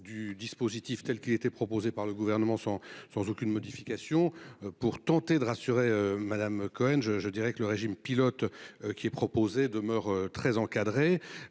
du dispositif telle qui était proposé par le gouvernement sans sans aucune modification pour tenter de rassurer, Madame Cohen. Je, je dirais que le régime pilote qui est proposé demeure très encadrée